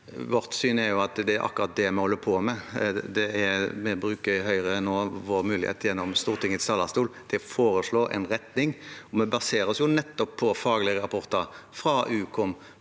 Vårt syn er at det er akkurat det vi holder på med. Vi i Høyre bruker nå vår mulighet gjennom Stortingets talerstol til å foreslå en retning. Vi baserer oss jo på nettopp faglige rapporter, fra Ukom,